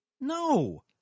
No